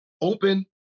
open